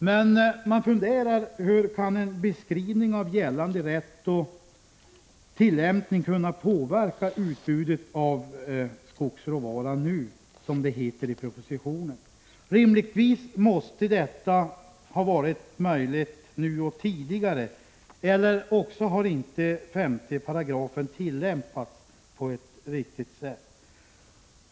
Man kan fundera över hur en beskrivning av gällande rätt och tillämpning skall kunna påverka utbudet av skogsråvaran nu, som det sägs i propositionen. Rimligtvis måste detta ha varit möjligt nu och tidigare, eller också har inte 5 § tillämpats på ett riktigt sätt.